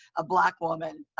a black woman,